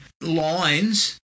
lines